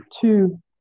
two